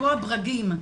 אפרופו הדרגים.